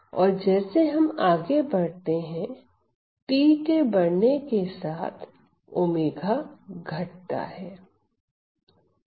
और जैसे हम आगे बढ़ते हैं t के बढ़ने के साथ 𝛚 घटता है